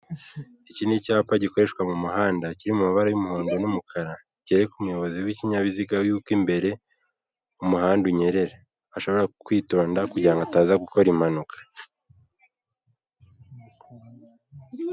Intebe z'ubwoko bwinshi butandukanye ameza ndetse n'utubati, hari utuba ushobora kubikamo amasahani yawe, hari utuba ushobora kubikamo imyenda ndetse n'utwo wabikamo ibikoresho byawe bigiye bitandukanye, sibyo gusa kandi ushobora kwifuza ibikoresho nk'ibi ukaba wakwibaza ngo nabikurahe? Ushobora kujya kuri murandasi yawe ukandikamo aho wakura ibikoresho nk'ibingibi bitandukanye uhita ubona nimero zabo ukabahamagara kandi babikugezaho byoroshye.